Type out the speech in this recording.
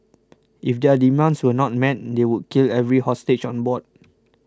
if their demands were not met they would kill every hostage on board